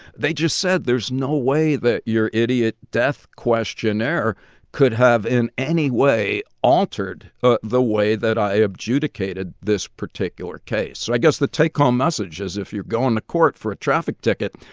they just said, there's no way that your idiot death questionnaire could have in any way altered ah the way that i adjudicated this particular case. so i guess the take home message is if you're going to court for a traffic ticket,